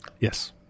Yes